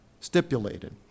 stipulated